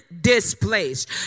displaced